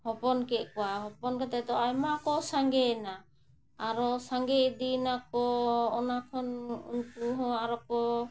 ᱦᱚᱯᱚᱱ ᱠᱮᱫ ᱠᱚᱣᱟᱭ ᱦᱚᱯᱚᱱ ᱠᱟᱛᱮᱫ ᱫᱚ ᱟᱭᱢᱟ ᱠᱚ ᱥᱟᱸᱜᱮᱭᱮᱱᱟ ᱟᱨᱚ ᱥᱟᱸᱜᱮ ᱤᱫᱤᱭᱮᱱᱟ ᱠᱚ ᱚᱱᱟ ᱠᱷᱚᱱ ᱩᱱᱠᱩ ᱦᱚᱸ ᱟᱨᱚ ᱠᱚ